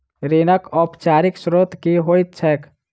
ऋणक औपचारिक स्त्रोत की होइत छैक?